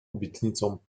obietnicą